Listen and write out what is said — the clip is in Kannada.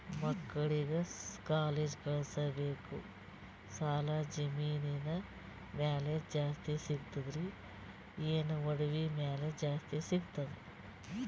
ಮಕ್ಕಳಿಗ ಕಾಲೇಜ್ ಕಳಸಬೇಕು, ಸಾಲ ಜಮೀನ ಮ್ಯಾಲ ಜಾಸ್ತಿ ಸಿಗ್ತದ್ರಿ, ಏನ ಒಡವಿ ಮ್ಯಾಲ ಜಾಸ್ತಿ ಸಿಗತದ?